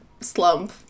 slump